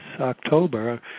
October